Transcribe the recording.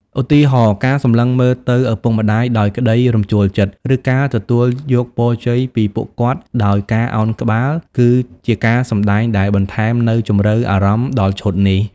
ឧទាហរណ៍ ការសម្លឹងមើលទៅឪពុកម្តាយដោយក្តីរំជួលចិត្ត ឬការទទួលយកពរជ័យពីពួកគាត់ដោយការឱនក្បាល គឺជាការសម្ដែងដែលបន្ថែមនូវជម្រៅអារម្មណ៍ដល់ឈុតនេះ។